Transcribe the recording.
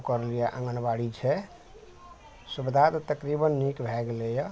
ओकर लियऽ आँगनबाड़ी छै सुविधा तऽ तकरीबन नीक भए गेलैए